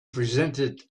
presented